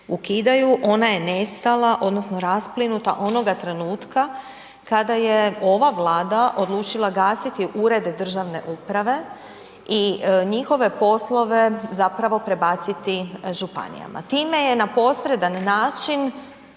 ona je nestala odnosno rasplinuta onoga trenutka kada je ova Vlada odlučila gasiti urede državne uprave i njihove poslove zapravo prebaciti županijama. Time je na posredan način